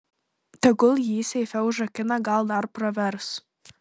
tegul jį seife užrakina gal dar pravers